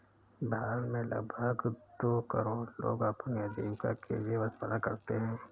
भारत में लगभग दो करोड़ लोग अपनी आजीविका के लिए पशुपालन करते है